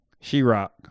She-Rock